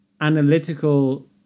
analytical